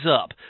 up